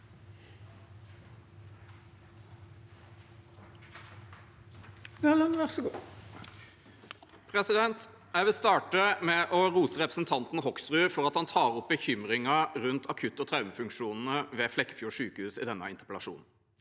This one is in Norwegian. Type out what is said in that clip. Jeg vil starte med å rose representanten Hoksrud for at han tar opp bekymringen rundt akutt- og traumefunksjonene ved Flekkefjord sykehus i denne interpellasjonen.